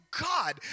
God